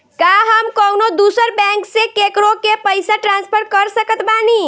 का हम कउनों दूसर बैंक से केकरों के पइसा ट्रांसफर कर सकत बानी?